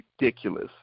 ridiculous